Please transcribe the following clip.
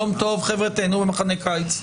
יום טוב, חבר'ה, תיהנו במחנה הקיץ.